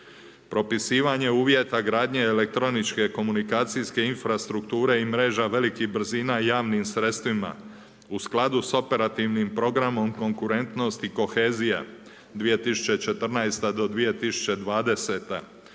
propisivanje uvjeta gradnje elektroničke komunikacijske infrastrukture i mreža velikih brzina javnim sredstvima u skladu s operativnom programom Konkurentnost i kohezija 2014-.2020.